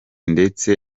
ndetse